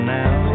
now